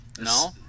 No